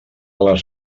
les